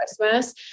Christmas